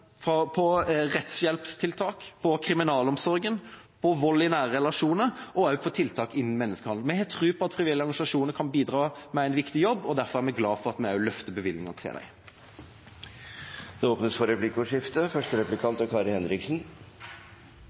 på rettshjelpstiltak, på kriminalomsorgen, på vold i nære relasjoner og også på tiltak innen menneskehandel. Vi har tro på at frivillige organisasjoner kan bidra med en viktig jobb, og derfor er vi glad for at vi løfter bevilgningene til dem. Det blir replikkordskifte.